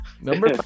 Number